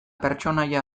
pertsonaia